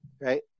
Right